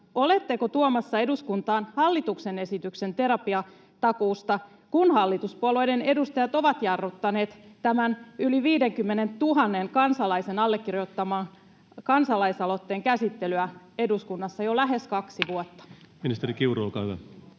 oletteko tuomassa eduskuntaan hallituksen esityksen terapiatakuusta, kun hallituspuolueiden edustajat ovat jarruttaneet tämän yli 50 000 kansalaisen allekirjoittaman kansalaisaloitteen käsittelyä eduskunnassa jo lähes kaksi vuotta? [Speech 69] Speaker: